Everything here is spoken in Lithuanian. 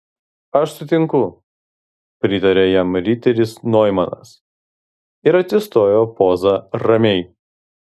aš sutinku pritarė jam riteris noimanas ir atsistojo poza ramiai